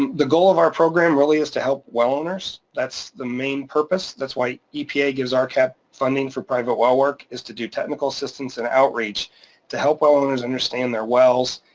the goal of our program really is to help well owners, that's the main purpose, that's why epa gives ah rcap funding for private well work is to do technical systems and outreach to help well owners understand their wells,